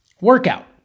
workout